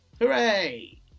Hooray